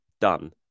done